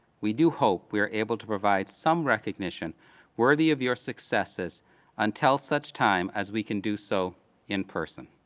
we do hope we are able to provide some recognition worthy of your successes until such time as we can do so in person.